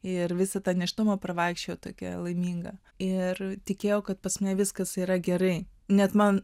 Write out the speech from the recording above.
ir visą tą nėštumą pravaikščiojau tokia laiminga ir tikėjau kad pats ne viskas yra gerai net man